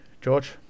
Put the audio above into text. George